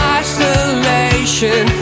isolation